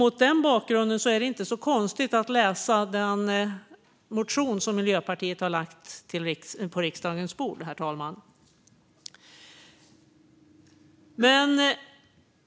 Mot den bakgrunden blir det inte så konstigt att läsa den motion som Miljöpartiet lagt på riksdagens bord, herr talman.